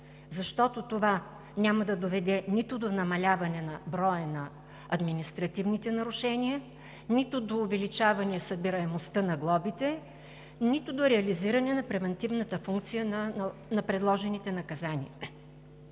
защото това няма да доведе нито до намаляване на броя на административните нарушения, нито до увеличаване събираемостта на глобите, нито до реализиране на превантивната функция на предложените наказания,